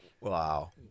Wow